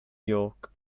york